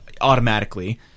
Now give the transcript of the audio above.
automatically